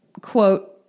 quote